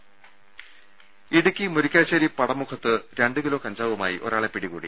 രുദ ഇടുക്കി മുരിക്കാശ്ശേരി പടമുഖത്ത് രണ്ട് കിലോ കഞ്ചാവുമായി ഒരാളെ പിടികൂടി